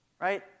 Right